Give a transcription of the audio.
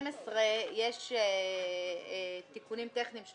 12 יש תיקונים טכניים.